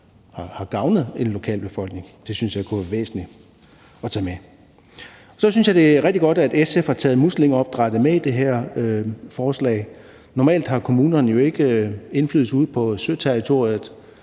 har gavnet en lokalbefolkning. Det synes jeg kunne være væsentligt at tage med. Så synes jeg, det er rigtig godt, at SF har taget muslingeopdrættet med i det her forslag. Normalt har kommunerne jo ikke indflydelse ude på søterritoriet.